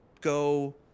Go